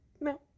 No